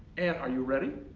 and are you ready?